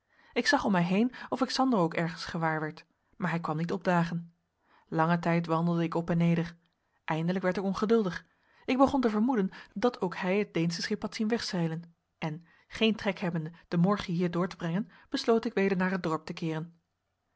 ik zag om mij heen of ik sander ook ergens gewaarwerd maar hij kwam niet opdagen langen tijd wandelde ik op en neder eindelijk werd ik ongeduldig ik begon te vermoeden dat ook hij het deensche schip had zien wegzeilen en geen trek hebbende den morgen hier door te brengen besloot ik weder naar het dorp te keeren